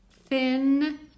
thin